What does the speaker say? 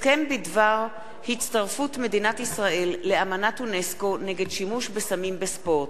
הסכם בדבר הצטרפות מדינת ישראל לאמנת אונסק"ו נגד שימוש בסמים בספורט,